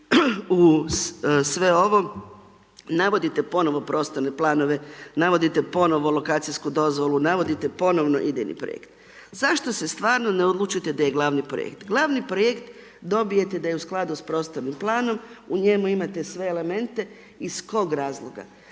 uz sve ovo, navodite ponovno prostorne planove, navodite ponovno lokacijsku dozvolu, navodite ponovno …/Govornik se ne razumije./… projekt. Zašto se stvarno ne odlučite gdje je glavni projekt. Gl. projekt dobijete da je u skladu sa prostornim planom, u njemu imate sve elemente iz kojeg razloga?